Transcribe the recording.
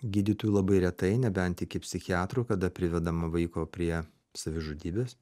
gydytojų labai retai nebent iki psichiatrų kada privedama vaiko prie savižudybės